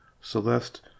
Celeste